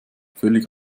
völlig